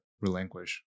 relinquish